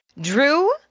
Drew